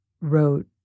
wrote